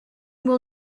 will